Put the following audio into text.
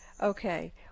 Okay